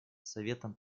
советом